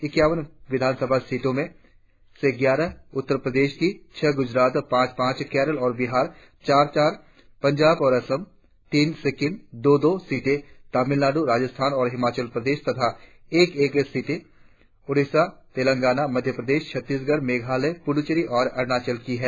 इक्यावन विधानसभा सीटों में से ग्यारह उत्तर प्रदेश की छह गुजरात पांच पांच केरल और बिहार चार चार पंजाब और असम तीन सिक्कीम दो दो सीटें तामिलनाडू राजस्थान और हिमाचल प्रदेश तथा एक एक सीट ओड़िसा तेलंगाना मध्य प्रदेश छत्तीसगढ़ मेघालय पुंडुचढ़ी और अरुणाचल प्रदेश की है